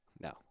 no